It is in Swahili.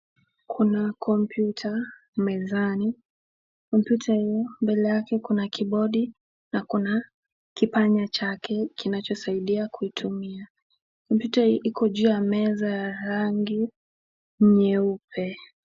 Kuna kompyuta mezani. Kompyuta hii, mbele yake kuna kibodi na kuna kipanya chake kinachosaidia kuitumia. Kompyuta hii iko juu ya meza ya rangi nyeupe.